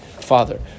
father